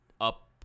up